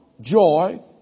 joy